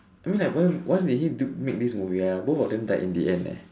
I mean like why why did he do make this movie ah both of them died in the end eh